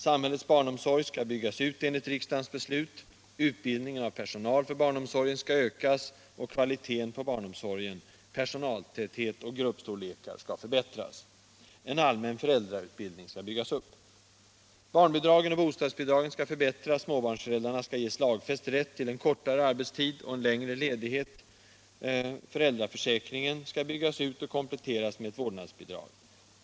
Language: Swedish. Samhällets barnomsorg skall byggas ut enligt riksdagens beslut, utbildningen av personal för barnom sorgen ökas, och kvaliteten på barnomsorgen — personaltäthet och gruppstorlekar — förbättras. En allmän föräldrautbildning skall byggas upp. Barnbidragen och bostadsbidragen skall förbättras, och småbarnsföräldrarna skall ges lagfäst rätt till kortare arbetstid och längre ledighet. Föräldraförsäkringen skall byggas ut och kompletteras med ett vårdnadsbidrag.